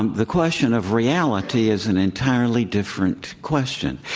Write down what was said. the question of reality is an entirely different question.